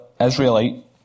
Israelite